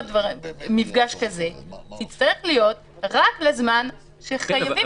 מפגש כזה תצטרך להיות רק לזמן שחייבים,